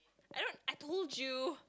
I don't I told you